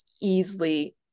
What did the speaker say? easily